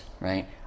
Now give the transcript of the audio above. right